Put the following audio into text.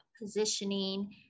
positioning